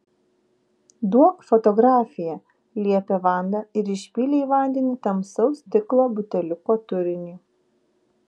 duok fotografiją liepė vanda ir išpylė į vandenį tamsaus stiklo buteliuko turinį